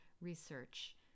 research